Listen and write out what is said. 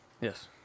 Yes